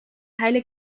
heilig